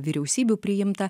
vyriausybių priimtą